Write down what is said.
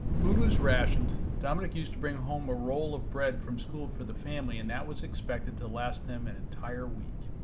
food was rationed. dominique used to bring home a roll of bread from school for the family and that was expected to last them an entire week.